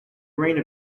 reign